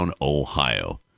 Ohio